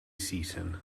seaton